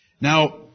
Now